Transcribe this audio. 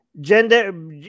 Gender